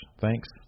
Thanks